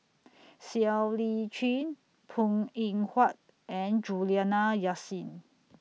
Siow Lee Chin Png Eng Huat and Juliana Yasin